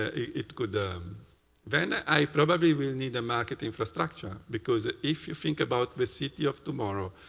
it could um then ah i probably will need a market infrastructure, because ah if you think about the city of tomorrow,